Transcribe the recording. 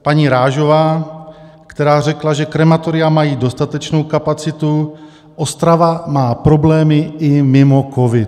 paní Rážová, která řekla, že krematoria mají dostatečnou kapacitu, Ostrava má problémy i mimo covid.